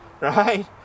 Right